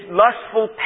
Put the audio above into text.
lustful